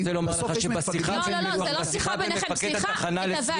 יש מפקחים --- אני רוצה לומר לך שבשיחה בין מפקד התחנה לצביקה,